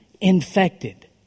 infected